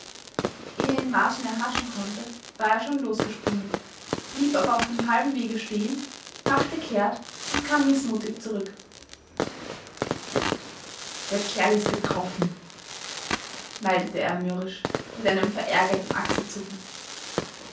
ihn marschner erhaschen konnte war er schon losgesprungen blieb aber auf dem halben wege stehen machte kehrt und kam mißmutig zurück der kerl ist getroffen meldete er mürrisch mit einem verärgerten achselzucken